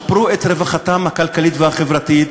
שפרו את רווחתם הכלכלית והחברתית,